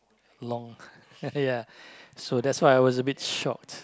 long ya so that's why I was a bit shocked